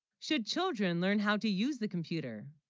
should children learn how, to use the computer